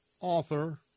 author